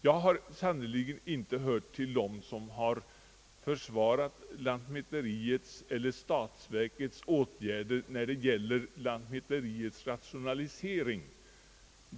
Jag har sannerligen inte hört till dem som försvarat lantmäteriets eller statsverkets åtgärder när det gäller lantmäteriets rationalisering.